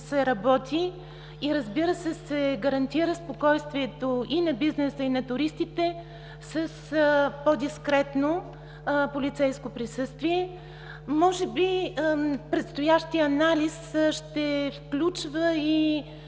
се работи и, разбира се, се гарантира спокойствието и на бизнеса, и на туристите с по-дискретно полицейско присъствие. Може би предстоящият анализ ще включва и